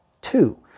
Two